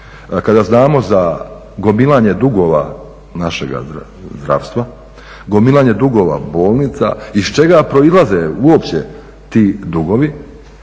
kada znamo za gomilanje dugova našega zdravstva, gomilanje dugova bolnica iz čega proizlaze uopće ti dugovi?